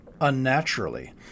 unnaturally